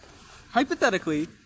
hypothetically